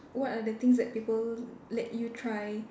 what are the things that people let you try